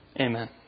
Amen